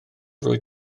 rwyt